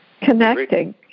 Connecting